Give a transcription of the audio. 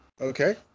Okay